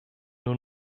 nur